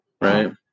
Right